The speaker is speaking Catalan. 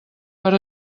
per